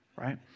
right